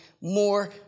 more